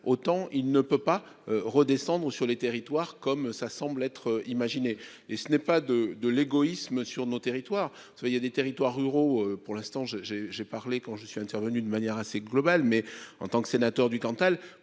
autant il ne peut pas redescendre sur les territoires comme ça semble être imaginées. Et ce n'est pas de de l'égoïsme sur nos territoires vous il y a des territoires ruraux. Pour l'instant j'ai j'ai j'ai parlé quand je suis intervenu de manière assez globale mais en tant que sénateur du Cantal.